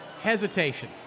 hesitation